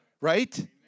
Right